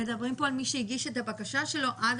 מדברים פה על מי שהגיש את הבקשה שלו עד